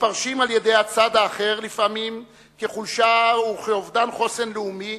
מתפרשים לפעמים על-ידי הצד האחר כחולשה וכאובדן חוסן לאומי